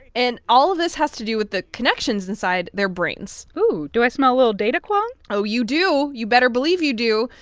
and all of this has to do with the connections inside their brains ooh, do i smell a little data, kwong? oh, you do. you better believe you do.